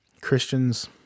Christians